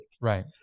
Right